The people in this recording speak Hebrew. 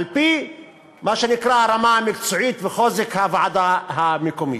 מה שנקרא הרמה המקצועית, ובחוזק הוועדה המקומית,